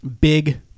big